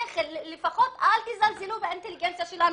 לפחות אל תזלזלו באינטליגנציה שלנו,